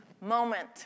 moment